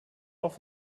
auch